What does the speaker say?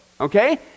okay